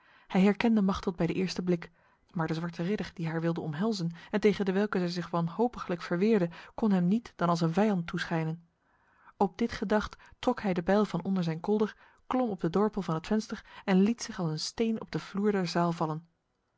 hij herkende machteld bij de eerste blik maar de zwarte ridder die haar wilde omhelzen en tegen dewelke zij zich wanhopiglijk verweerde kon hem niet dan als een vijand toeschijnen op dit gedacht trok hij de bijl van onder zijn kolder klom op de dorpel van het venster en liet zich als een steen op de vloer der zaal vallen